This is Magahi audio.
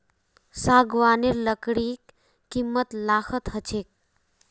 सागवानेर लकड़ीर कीमत लाखत ह छेक